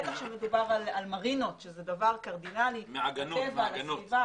בטח כאשר מדובר על מרינות שזה דבר קרדינלי לטבע ולסביבה